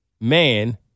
man